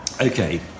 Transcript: Okay